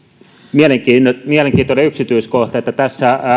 mielenkiintoinen mielenkiintoinen yksityiskohta on että tässä näiden